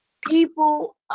People